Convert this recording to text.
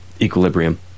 Equilibrium